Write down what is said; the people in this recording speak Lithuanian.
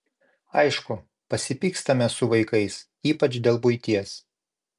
aišku pasipykstame su vaikais ypač dėl buities